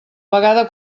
vegada